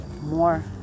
more